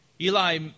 Eli